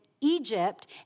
Egypt